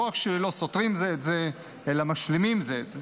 לא רק אינם סותרים זה את זה אלא הם משלימים זה את זה.